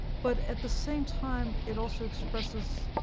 but at the same time, it also expresses,